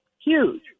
Huge